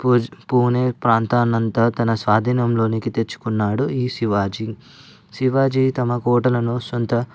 పూణే ప్రాంతాన్ని అంతా తన స్వాధీనంలోనికి తెచ్చుకున్నాడు ఈ శివాజీ శివాజీ తమ కోటలను సొంత